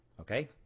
okay